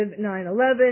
9/11